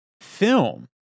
film